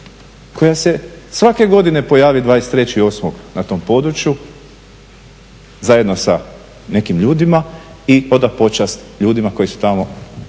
koja se svake godine pojavi 23.8. na tom području zajedno sa nekim ljudima i oda počast ljudima koji su tamo